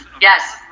Yes